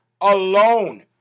alone